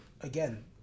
Again